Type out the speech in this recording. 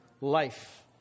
life